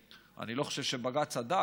אני לא חושב שבג"ץ צדק,